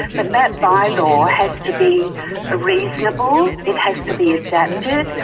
but that bylaw has to be ah reasonable, it has to be adapted,